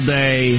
day